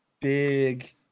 big